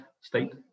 state